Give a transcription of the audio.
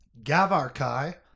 Gavarkai